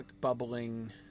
bubbling